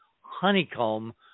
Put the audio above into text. honeycomb